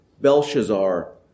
Belshazzar